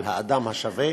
על האדם השווה.